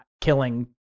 killing